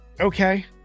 okay